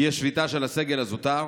כי יש שביתה של הסגל הזוטר